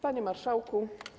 Panie Marszałku!